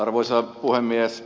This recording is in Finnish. arvoisa puhemies